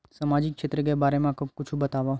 सामजिक क्षेत्र के बारे मा कुछु बतावव?